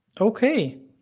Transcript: Okay